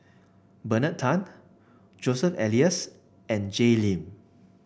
Bernard Tan Joseph Elias and Jay Lim